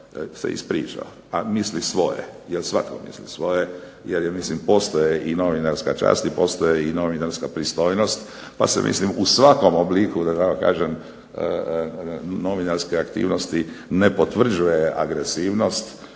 se ispričao. Ali misli svoje, svatko misli svoje, postoje i novinarska čast postoji i novinarska pristojnost, pa se mislim u svakom obliku da tako kažem novinarske aktivnosti ne potvrđuje agresivnost,